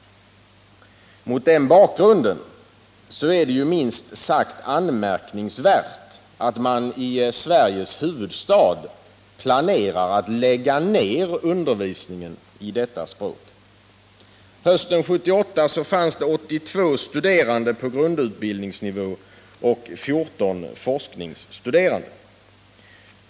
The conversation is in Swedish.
Mot den bakgrunden är det minst sagt anmärkningsvärt att man i Sveriges huvudstad planerar att lägga ned undervisningen i detta språk. Hösten 1978 fanns det 82 studerande på grundutbildningsnivå och 14 forskningsstuderande.